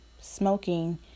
smoking